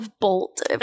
bolt